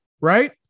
Right